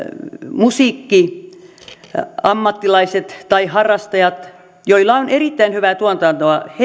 musiikkiammattilaiset tai harrastajat joilla on erittäin hyvää tuotantoa